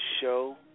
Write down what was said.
show